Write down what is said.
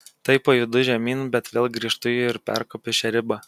tai pajudu žemyn bet vėl grįžtu ir perkopiu šią ribą